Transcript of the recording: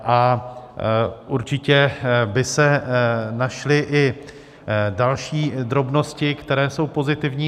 A určitě by se našly i další drobnosti, které jsou pozitivní.